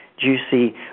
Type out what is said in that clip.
juicy